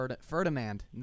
Ferdinand